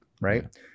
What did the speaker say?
right